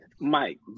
Mike